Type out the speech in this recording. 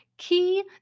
key